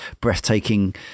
breathtaking